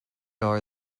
are